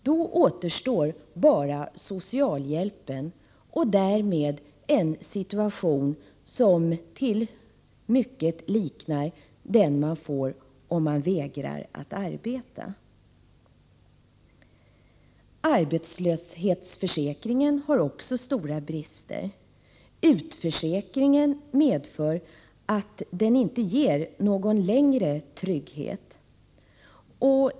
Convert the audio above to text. Då återstår bara socialhjälpen — och därmed alltså en situation som i mycket liknar den man får om man vägrar att arbeta. Arbetslöshetsförsäkringen har också stora brister. Utförsäkringen medför att den inte ger någon längre trygghet.